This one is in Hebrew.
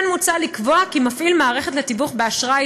כן מוצע לקבוע כי מפעיל מערכת לתיווך באשראי